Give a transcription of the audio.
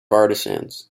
artisans